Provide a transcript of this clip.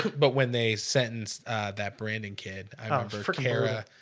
but when they sentenced that brandon kid for for tara